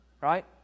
right